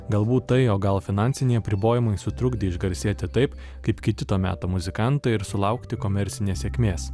galbūt tai o gal finansiniai apribojimai sutrukdė išgarsėti taip kaip kiti to meto muzikantai ir sulaukti komercinės sėkmės